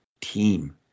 team